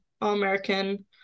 All-American